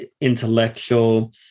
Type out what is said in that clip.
intellectual